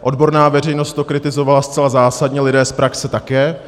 Odborná veřejnost to kritizovala zcela zásadně, lidé z praxe také.